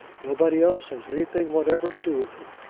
nobody else has anything whatever to do with it.